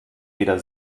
weder